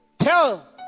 tell